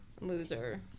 Loser